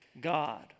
God